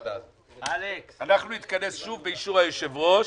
אנחנו נתכנס שוב באישור יושב-ראש